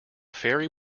fairy